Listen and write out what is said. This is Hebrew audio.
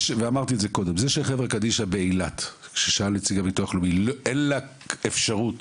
חברה קדישא באילת, אין לה אפשרות